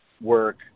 work